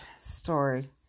story